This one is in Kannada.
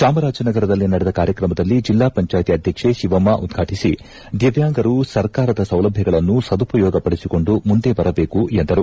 ಚಾಮರಾಜನಗರದಲ್ಲಿ ನಡೆದ ಕಾರ್ಯಕ್ರಮವನ್ನು ಜಿಲ್ಲಾ ಪಂಚಾಯಿತಿ ಅಧ್ಯಕ್ಷೆ ತಿವಮ್ಮ ಉದ್ಘಾಟಿಸಿ ದಿವ್ಯಾಂಗರು ಸರ್ಕಾರದ ಸೌಲಭ್ಯಗಳನ್ನು ಸದುಪಯೋಗ ಪಡಿಸಿಕೊಂಡು ಮುಂದೆ ಬರಬೇಕು ಎಂದರು